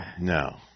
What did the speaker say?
No